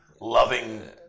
loving